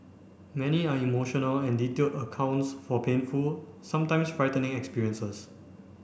many are emotional and detailed accounts for painful sometimes frightening experiences